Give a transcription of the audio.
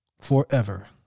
Forever